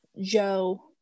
joe